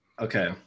Okay